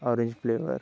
orange flavour